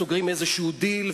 סוגרים איזשהו דיל,